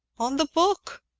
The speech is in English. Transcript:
on the book!